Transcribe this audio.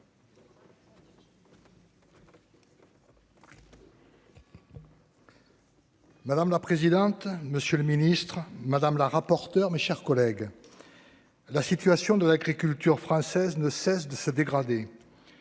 Madame la présidente, monsieur le ministre, mes chers collègues, la situation de l'agriculture française ne cesse de se dégrader